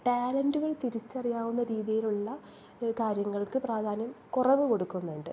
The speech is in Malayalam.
ടാലൻ്റുകൾ തിരിച്ചറിയാവുന്ന രീതിയിലുള്ള കാര്യങ്ങൾക്ക് പ്രാധാന്യം കുറവ് കൊടുക്കുന്നുണ്ട്